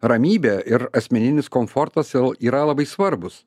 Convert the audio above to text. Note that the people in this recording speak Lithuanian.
ramybė ir asmeninis komfortas jau yra labai svarbūs